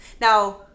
Now